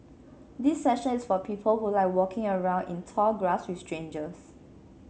this session is for people who like walking around in tall grass with strangers